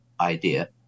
idea